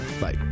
Bye